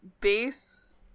base